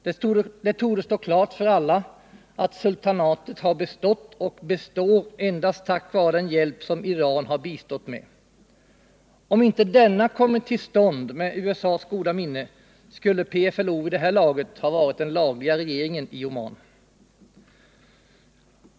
Det torde stå klart för alla att sultanatet har bestått och består endast tack vare den hjälp som Iran har bistått med. Om inte denna kommit till stånd med USA:s goda minne, skulle PFLO vid det här laget ha varit den lagliga regeringen i Oman.